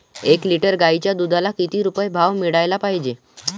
एक लिटर गाईच्या दुधाला किती रुपये भाव मिळायले पाहिजे?